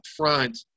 upfront